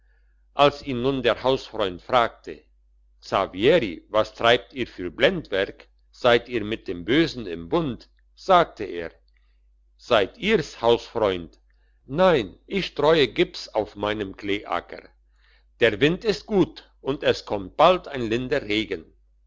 als ihn nun der hausfreund fragte xaveri was treibt ihr für blendwerk seid ihr mit dem bösen im bund sagte er seid ihr's hausfreund nein ich streue ips auf meinen kleeacker der wind ist gut und es kommt bald ein linder regen